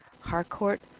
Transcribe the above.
Harcourt